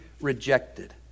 rejected